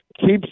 keeps